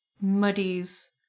muddies